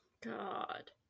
God